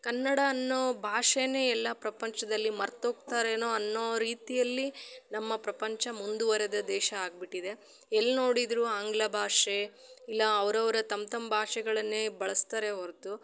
ಕನ್ನಡ ಅನ್ನೊ ಭಾಷೆನೆ ಎಲ್ಲ ಪ್ರಪಂಚದಲ್ಲಿ ಮರ್ತು ಹೋಗ್ತಾರೇನೋ ಅನ್ನೊ ರೀತಿಯಲ್ಲಿ ನಮ್ಮ ಪ್ರಪಂಚ ಮುಂದುವರೆದ ದೇಶ ಆಗಿಬಿಟ್ಟಿದೆ ಎಲ್ಲಿ ನೋಡಿದರು ಆಂಗ್ಲ ಭಾಷೆ ಇಲ್ಲ ಅವರವ್ರೆ ತಮ್ಮ ತಮ್ಮ ಭಾಷೆಗಳನ್ನೆ ಬಳಸ್ತಾರೆ ಹೊರತು